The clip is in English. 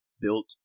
built